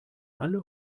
alle